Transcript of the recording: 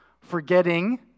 forgetting